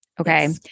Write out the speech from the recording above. okay